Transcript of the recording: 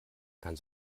kann